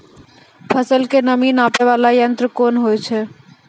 फसल के नमी नापैय वाला यंत्र कोन होय छै